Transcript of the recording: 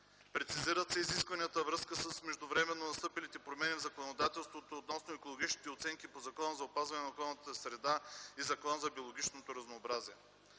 Прецизират се изискванията във връзка с междувременно настъпилите промени в законодателството относно екологичните оценки по Закона за опазване на околната среда и Закона за биологичното разнообразие.